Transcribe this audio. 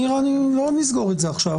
לא נסגור את זה עכשיו.